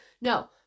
No